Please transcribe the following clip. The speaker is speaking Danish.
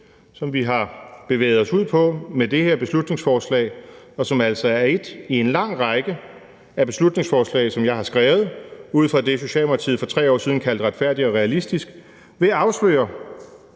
som vi har bevæget os ud på med det her beslutningsforslag, og som altså er et i en lang række af beslutningsforslag, som jeg har skrevet ud fra det, Socialdemokratiet for 3 år siden kaldte »Retfærdig og realistisk«, vil afsløre